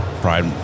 pride